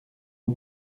aux